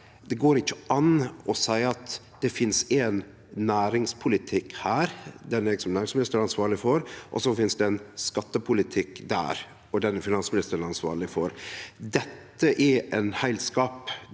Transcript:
går an å seie at det finst ein næringspolitikk her, den næringsministeren er ansvarleg for, og så finst det ein skattepolitikk der, og den er finansministeren ansvarleg for. Dette er ein heilskap.